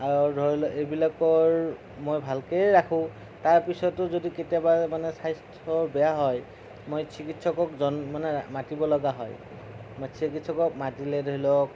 আৰু ধৰি লওঁক এইবিলাকৰ মই ভালকেই ৰাখোঁ তাৰ পিছতো যদি কেতিয়াবা মানে স্বাস্থ্য বেয়া হয় মই চিকিৎসকক জন মানে মাতিব লগা হয় বা চিকিৎসকক মাতিলে ধৰি লওঁক